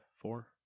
four